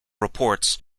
reports